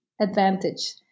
advantage